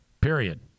period